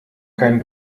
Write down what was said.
keinen